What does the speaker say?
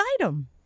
item